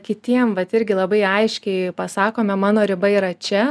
kitiem vat irgi labai aiškiai pasakome mano riba yra čia